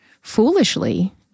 foolishly